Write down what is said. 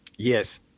Yes